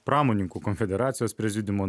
pramonininkų konfederacijos prezidiumo